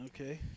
okay